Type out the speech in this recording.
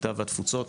הקליטה והתפוצות,